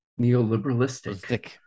Neoliberalistic